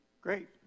Great